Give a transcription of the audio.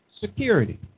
security